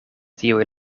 tiuj